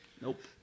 nope